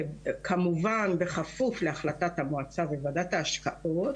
וכמובן בכפוף להחלטת המועצה וועדת ההשקעות,